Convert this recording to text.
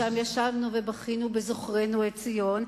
שם ישבנו ובכינו בזוכרנו את ציון.